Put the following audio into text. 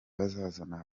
bazazana